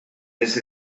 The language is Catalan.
les